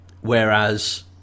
Whereas